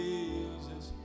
Jesus